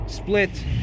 Split